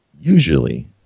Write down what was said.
usually